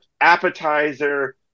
appetizer